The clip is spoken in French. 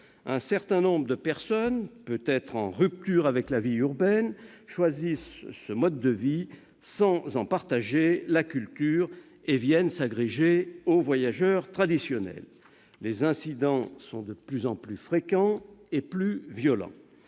Un certain nombre de personnes, peut-être en rupture avec la vie urbaine, choisissent ce mode de vie sans en partager la culture et viennent s'agréger aux voyageurs traditionnels. Les incidents sont de plus en plus fréquents et plus violents.